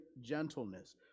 gentleness